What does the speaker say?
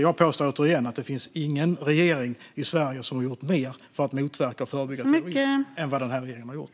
Jag påstår återigen att ingen regering i Sverige har gjort mer för att motverka och förebygga terrorism än vad den här regeringen har gjort.